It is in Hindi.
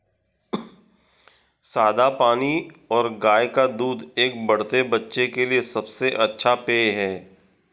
सादा पानी और गाय का दूध एक बढ़ते बच्चे के लिए सबसे अच्छा पेय हैं